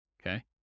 okay